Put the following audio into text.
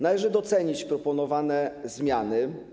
Należy docenić proponowane zmiany.